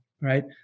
right